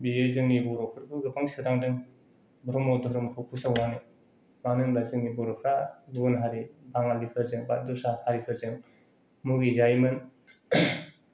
बेयो जोंनि बर'फोरखौ गोबां सोदांदों ब्रह्म धोरोमखौ फोसावनानै मानो होनोबा जोंनि बर'फोरा गुबुन हारि बाङालिफोरजों बा दस्रा हारिफोरजों मुगैजायोमोन